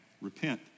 Repent